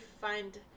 find